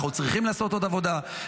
אנחנו צריכים לעשות עוד עבודה.